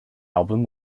album